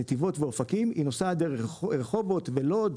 נתיבות ואופקים נוסעת דרך רחובות ולוד,